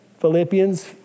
Philippians